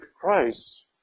Christ